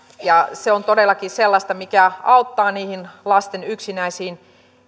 ja se on todellakin sellaista mikä auttaa niihin lasten yksinäisiin